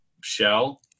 shell